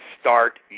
start